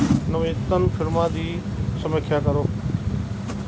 ਨਵੀਨਤਮ ਫਿਲਮਾਂ ਦੀ ਸਮੀਖਿਆ ਕਰੋ